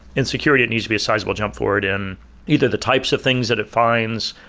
in security, it needs to be a sizeable jump forward in either the types of things that it finds,